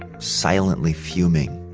silently fuming,